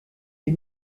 des